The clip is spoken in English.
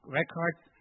records